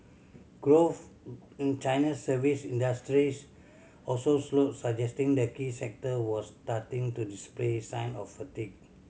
growth in China's service industries also slowed suggesting the key sector was starting to display sign of fatigue